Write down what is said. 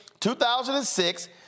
2006